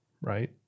right